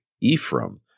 Ephraim